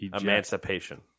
Emancipation